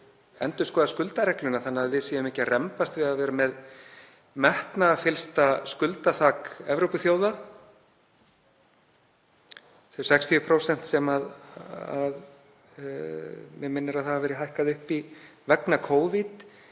endurskoða skuldaregluna þannig að við séum ekki að rembast við að vera með metnaðarfyllsta skuldaþak Evrópuþjóða. Þau 60% sem mig minnir að það hafi verið hækkað upp í vegna Covid